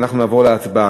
ואנחנו נעבור להצבעה.